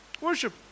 Worship